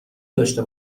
داشته